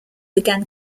began